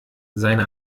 seine